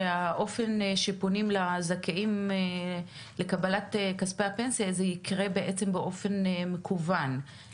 שהאופן שפונים לזכאים לקבלת כספי הפנסיה זה יקרה בעצם באופן דיגיטלי.